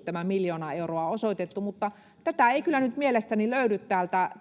23—26 tämä miljoona euroa osoitettu, mutta tätä ei kyllä nyt mielestäni löydy